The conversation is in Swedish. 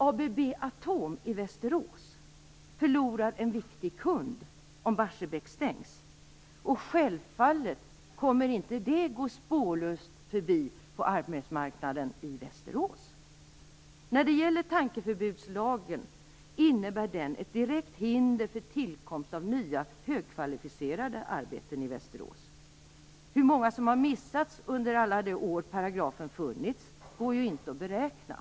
ABB Atom i Västerås förlorar en viktig kund om Barsebäck stängs. Självfallet kommer inte det att gå spårlöst förbi på arbetsmarknaden i Västerås. Tankeförbudslagen innebär ett direkt hinder för tillkomsten av nya högkvalificerade arbeten i Västerås. Hur många arbeten som missats under alla år som paragrafen funnits går det inte att beräkna.